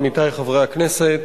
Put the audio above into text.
עמיתי חברי הכנסת,